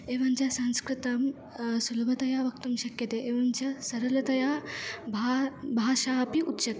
एवञ्च संस्कृतं सुलभतया वक्तुं शक्यते एवञ्च सरलतया भा भाषा अपि उच्यते